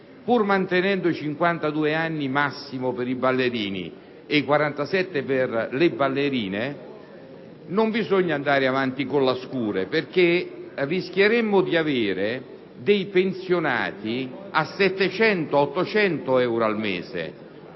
per l'età pensionabile massima per i ballerini e i 47 anni per le ballerine, non bisogna andare avanti con la scure, perché rischieremmo di avere dei pensionati a 700-800 euro al mese.